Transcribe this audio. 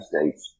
States